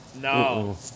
No